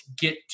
get